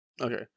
Okay